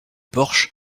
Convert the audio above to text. porche